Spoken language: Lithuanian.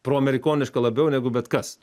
proamerikoniška labiau negu bet kas